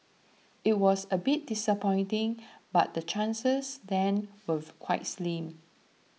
it was a bit disappointing but the chances then were quite slim